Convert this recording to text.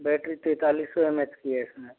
battery तैंतालीस सौ M A H की है